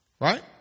Right